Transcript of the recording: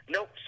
Nope